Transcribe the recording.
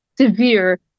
severe